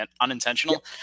unintentional